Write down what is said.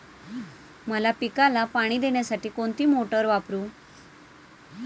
मका पिकाला पाणी देण्यासाठी कोणती मोटार वापरू?